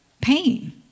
Pain